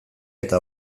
eta